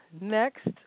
next